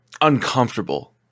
uncomfortable